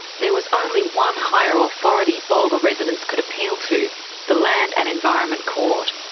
there was only one higher authority bulga residents could appeal to the land and environment court.